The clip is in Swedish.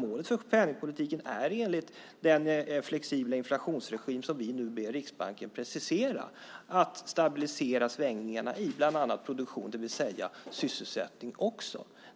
Målet för penningpolitiken är, enligt den flexibla inflationsregim som vi nu med Riksbanken preciserar, att stabilisera svängningarna i bland annat produktionen, det vill säga också sysselsättningen.